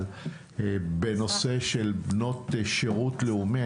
אבל בנושא של בנות שירות לאומי,